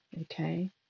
Okay